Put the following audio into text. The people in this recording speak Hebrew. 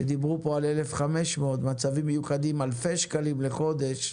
שדיברו פה על 1,500 ובמצבים מיוחדים אלפי שקלים לחודש,